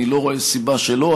אני לא רואה סיבה שלא,